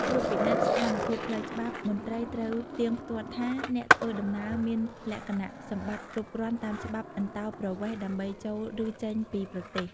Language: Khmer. ត្រួតពិនិត្យស្ថានភាពផ្លូវច្បាប់ មន្ត្រីត្រូវផ្ទៀងផ្ទាត់ថាអ្នកធ្វើដំណើរមានលក្ខណៈសម្បត្តិគ្រប់គ្រាន់តាមច្បាប់អន្តោប្រវេសន៍ដើម្បីចូល ឬចេញពីប្រទេស។